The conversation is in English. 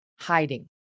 hiding